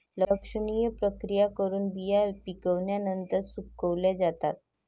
लक्षणीय प्रक्रिया करून बिया पिकल्यानंतर सुकवल्या जातात